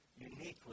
uniquely